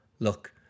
Look